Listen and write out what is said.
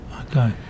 Okay